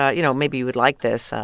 ah you know, maybe you would like this,